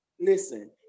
Listen